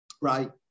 Right